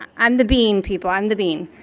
ah i'm the bean, people, i'm the bean.